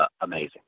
amazing